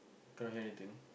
cannot hear anything